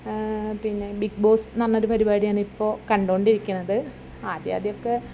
പിന്നെ Bigg Boss എന്നൊരു പരിപാടിയാണ് ഇപ്പോൾ കണ്ടുകൊണ്ടിരിക്കുന്നത് ആദ്യ ആദ്യമൊക്കെ